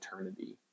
eternity